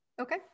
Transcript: Okay